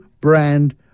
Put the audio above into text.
brand